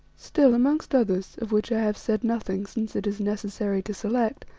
still, amongst others, of which i have said nothing, since it is necessary to select,